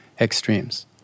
extremes